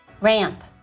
Ramp